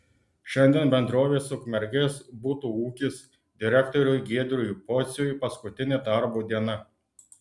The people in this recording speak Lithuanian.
šiandien bendrovės ukmergės butų ūkis direktoriui giedriui pociui paskutinė darbo diena